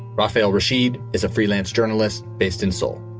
rafale rashid is a freelance journalist based in seoul.